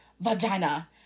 vagina